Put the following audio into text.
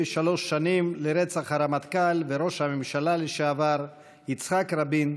שנים לרצח הרמטכ"ל וראש הממשלה לשעבר יצחק רבין,